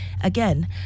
again